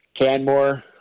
Canmore